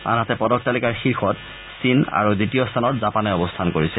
আনহাতে পদক তালিকাৰ শীৰ্ষত চীন আৰু দ্বিতীয় স্থানত জাপানে অৱস্থান কৰিছে